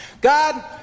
God